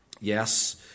Yes